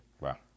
wow